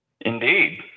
Indeed